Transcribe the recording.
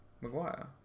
Maguire